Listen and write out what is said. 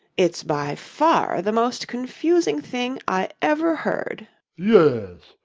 it's by far the most confusing thing i ever heard yes,